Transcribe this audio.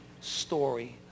story